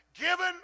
given